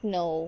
no